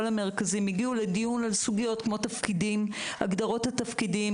המרכזים הגיעו לדיון על סוגיות כמו הגדרות התפקידים,